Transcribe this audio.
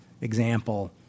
example